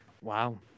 Wow